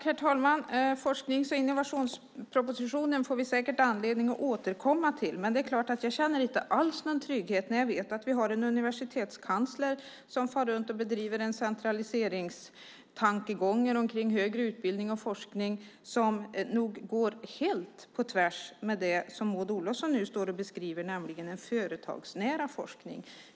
Herr talman! Forsknings och innovationspropositionen får vi säkert anledning att återkomma till. Men jag känner inte alls någon trygghet när jag vet att vi har en universitetskansler som far runt med centraliseringstankegångar kring högre utbildning och forskning som nog går helt på tvärs med det som Maud Olofsson nu här beskriver, nämligen en företagsnära forskning.